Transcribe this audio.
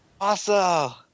Awesome